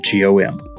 GOM